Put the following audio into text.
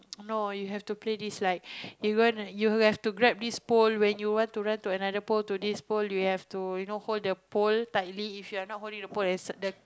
no you have play this like you going to you have to grab this pole when you want to run to another pole to this pole you have to you know hold the pole tightly if you are not holding the pole there's the the